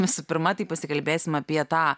visų pirma tai pasikalbėsime apie tą